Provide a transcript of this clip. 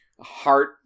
Heart